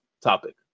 topic